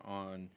on